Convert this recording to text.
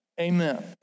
Amen